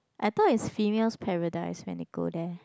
I thought is female's paradise when they go there